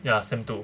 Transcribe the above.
ya sem two